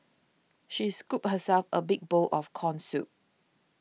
she scooped herself a big bowl of Corn Soup